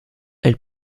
elle